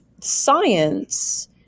science